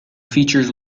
features